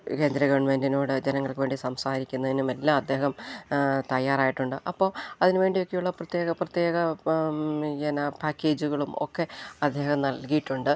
കേന്ദ്ര ഗവൺമെൻറിനോട് ജനങ്ങൾക്ക് വേണ്ടി സംസാരിക്കുന്നതിനും എല്ലാം അദ്ദേഹം തയ്യാറായിട്ടുണ്ട് അപ്പോള് അതിനുവേണ്ടിയൊക്കെയുള്ള പ്രത്യേക പ്രത്യേക എന്താണ് പാക്കേജുകളുമൊക്കെ അദ്ദേഹം നൽകിയിട്ടുണ്ട്